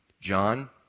John